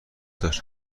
دار